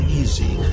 easy